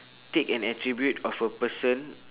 take an attribute of a person